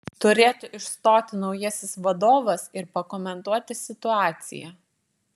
turėtų išstoti naujasis vadovas ir pakomentuoti situaciją